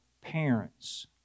parents